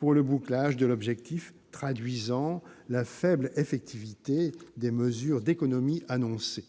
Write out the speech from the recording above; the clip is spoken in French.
pour le bouclage de l'objectif, traduisant la faible effectivité des mesures d'économies annoncées.